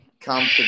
come